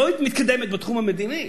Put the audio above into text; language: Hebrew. לא מתקדמת בתחום המדיני,